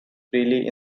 freely